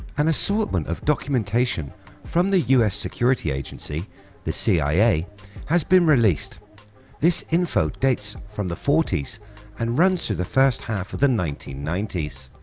and assortment of documentation from the us security agency the cia has been released this info dates from the forties and runs through the first half of the nineteen nineties.